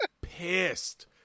pissed